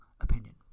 opinion